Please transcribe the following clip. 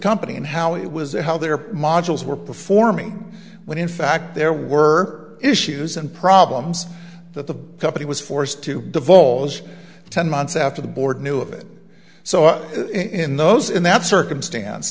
company and how it was and how their modules were performing when in fact there were issues and problems that the company was forced to divulge ten months after the board knew of it so in those in that circumstance